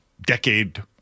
decade